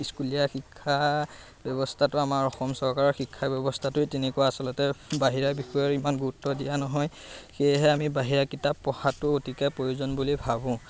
স্কুলীয়া শিক্ষা ব্যৱস্থাটো আমাৰ অসম চৰকাৰৰ শিক্ষা ব্যৱস্থাটোৱেই তেনেকুৱা আচলতে বাহিৰৰ বিষয়ে ইমান গুৰুত্ব দিয়া নহয় সেয়েহে আমি বাহিৰা কিতাপ পঢ়াটো অতিকৈ প্ৰয়োজন বুলি ভাবোঁ